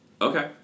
Okay